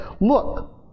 Look